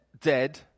dead